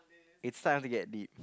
it's time to get deep